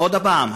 עוד פעם,